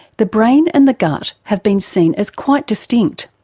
the brain and the gut have been seen as quite distinct.